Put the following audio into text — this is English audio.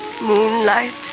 Moonlight